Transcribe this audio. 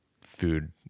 food